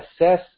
assess